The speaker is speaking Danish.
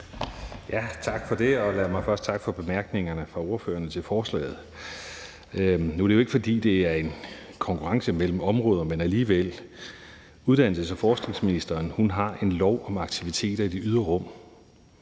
Tak for det, og lad mig først takke for bemærkningerne fra ordførerne til forslaget. Det er jo ikke, fordi det er en konkurrence mellem områder, men alligevel: Uddannelses- og forskningsministeren har en lov om aktiviteter i det ydre rum.